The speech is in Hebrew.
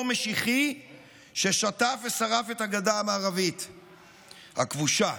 משיחי ששטף ושרף את הגדה המערבית הכבושה.